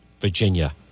Virginia